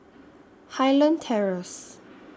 Highland Terrace